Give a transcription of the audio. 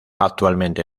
actualmente